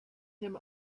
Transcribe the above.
him